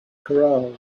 corral